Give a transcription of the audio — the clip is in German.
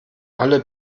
alle